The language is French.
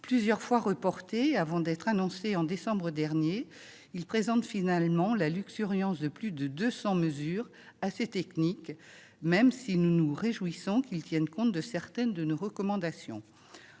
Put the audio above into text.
Plusieurs fois reporté avant d'être annoncé au mois de décembre dernier, ce plan présente en définitive la luxuriance de plus de 200 mesures assez techniques- même si nous nous réjouissons qu'il tienne compte de certaines de nos recommandations.